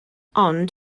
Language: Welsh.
ond